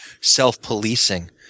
self-policing